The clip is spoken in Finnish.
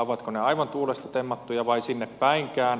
ovatko ne aivan tuulesta temmattuja vai sinne päinkään